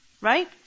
Right